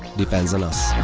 depends on us.